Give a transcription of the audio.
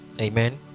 Amen